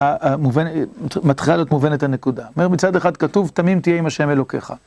אה... מובנ... מתחילה להיות מובנת, הנקודה. מצד אחד כתוב, "תמים תהיה עם השם אלוקיך",